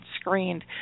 screened